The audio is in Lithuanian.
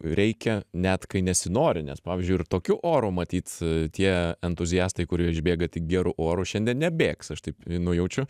reikia net kai nesinori nes pavyzdžiui ir tokiu oru matyt tie entuziastai kurie išbėga tik geru oru šiandien nebėgs aš taip nujaučiu